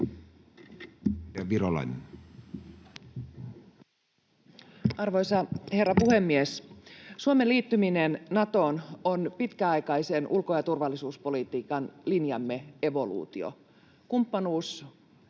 Arvoisa herra puhemies! Suomen liittyminen Natoon on pitkäaikaisen ulko- ja turvallisuuspolitiikan linjamme evoluutio kumppanuusyhteistyöstä